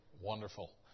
Wonderful